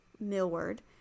Millward